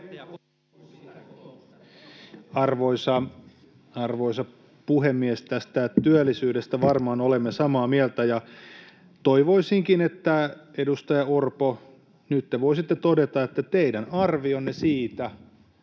Arvoisa puhemies! Tästä työllisyydestä varmaan olemme samaa mieltä, ja toivoisinkin, edustaja Orpo, että nyt te voisitte todeta, että teidän arvionne siitä,